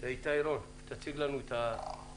לאיתי רון, שיציגו לנו את הבעיה.